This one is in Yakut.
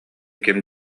ким